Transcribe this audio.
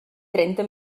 trenta